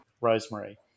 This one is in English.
Rosemary